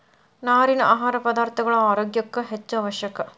ನಾರಿನ ಆಹಾರ ಪದಾರ್ಥಗಳ ಆರೋಗ್ಯ ಕ್ಕ ಹೆಚ್ಚು ಅವಶ್ಯಕ